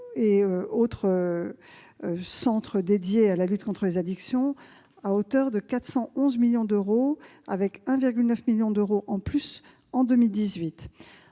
les autres centres dédiés à la lutte contre les addictions à hauteur de 411 millions d'euros, avec 1,9 million d'euros supplémentaires